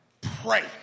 Pray